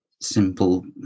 simple